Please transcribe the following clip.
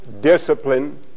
discipline